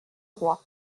roi